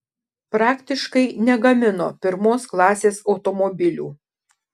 praktiškai negamino pirmos klasės automobilių